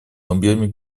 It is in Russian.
объеме